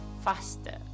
faster